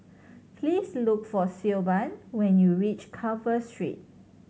please look for Siobhan when you reach Carver Street